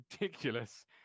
ridiculous